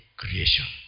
creation